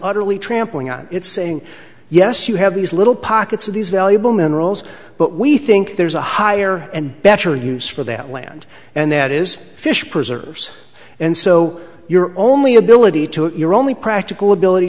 utterly trampling on it saying yes you have these little pockets of these valuable minerals but we think there's a higher and better use for that land and that is fish preserves and so you're only ability to if you're only practical ability